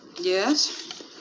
Yes